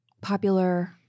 popular